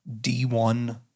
D1